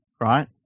right